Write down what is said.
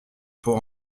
pour